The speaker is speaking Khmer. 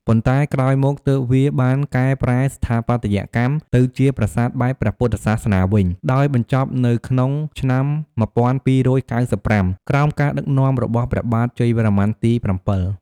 ប៉ុន្តែក្រោយមកទើបវាបានកែប្រែស្ថាបត្យកម្មទៅជាប្រាសាទបែបព្រះពុទ្ធសាសនាវិញ ដោយបញ្ចប់នៅក្នុងឆ្នាំ ១២៩៥ ក្រោមការដឹកនាំរបស់ព្រះបាទជ័យវរ្ម័នទី៧។